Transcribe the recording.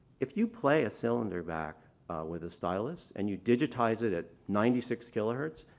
if you play a cylinder back with a stylus and you digitize it at ninety six kilohertz,